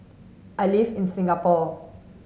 I live in Singapore